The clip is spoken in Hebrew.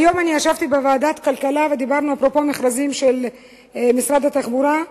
היום ישבתי בוועדת הכלכלה ודיברנו אפרופו מכרזים של משרד התחבורה,